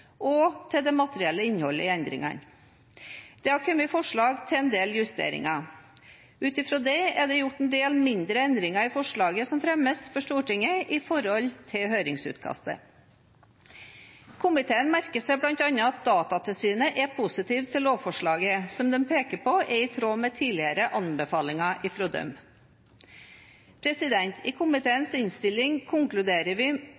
og til det materielle innholdet i endringene. Det har kommet forslag til en del justeringer. Ut fra det er det gjort en del mindre endringer i forslaget som fremmes for Stortinget, i forhold til høringsutkastet. Komiteen merker seg bl.a. at Datatilsynet er positive til lovforslaget, som de peker på er i tråd med tidligere anbefalinger fra dem. I komiteens innstilling konkluderer vi